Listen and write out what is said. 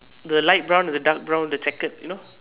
the light brown and the dark brown the checkered you know